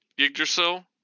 Yggdrasil